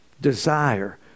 Desire